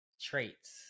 traits